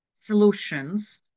solutions